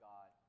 God